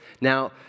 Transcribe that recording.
Now